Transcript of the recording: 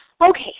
Okay